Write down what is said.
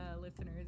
listeners